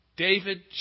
David